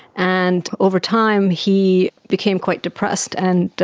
and over time he became quite depressed and